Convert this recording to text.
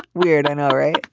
weird i know right.